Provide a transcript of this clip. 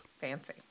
fancy